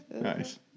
Nice